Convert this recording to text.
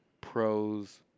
pros